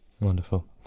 Wonderful